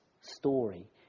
story